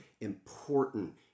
important